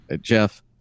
Jeff